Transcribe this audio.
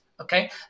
Okay